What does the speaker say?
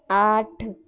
آٹھ